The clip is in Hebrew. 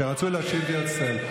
שרצו ליישב את ארץ ישראל.